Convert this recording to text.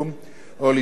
או לסגור את התיק.